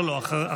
לא, לא, אחריו.